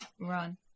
Run